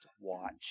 watch